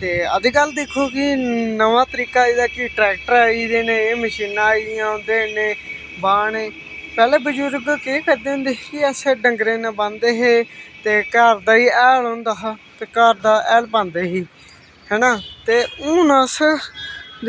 ते अज कल दिक्खो कि नमां तरीका आई दा ट्रैक्टर आई दे एह् मशीनां आई दियां उंदे नै बाहनी पैह्लैं बजुर्ग केह् करदे होंदे हे कि डंगरैं कन्नै ब्हांदे हे ते घर दा गै हैल होंदा हा ते घर दा हैल पांदे हे हैना ते हून अस